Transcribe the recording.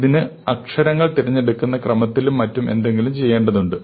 ഇതിന് അക്ഷരങ്ങൾ തിരഞ്ഞെടുക്കുന്ന ക്രമത്തിലും മറ്റും എന്തെങ്കിലും ചെയ്യേണ്ടതുണ്ട്